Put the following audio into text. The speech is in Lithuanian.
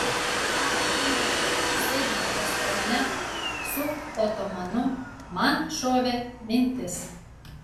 tą akimirką sėdint restorane su otomanu man šovė mintis